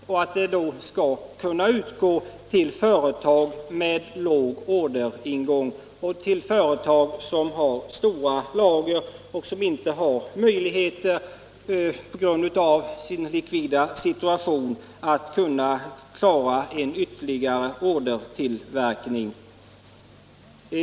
Det skall alltså kunna utgå ersättning till företag som har låg orderingång och till sådana som har stora lager och som på grund av dålig likviditet inte kan klara en ytterligare orderingång.